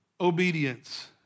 obedience